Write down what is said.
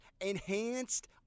enhanced